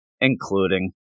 including